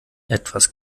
etwas